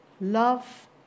Love